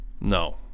no